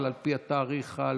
אבל על פי התאריך הלועזי.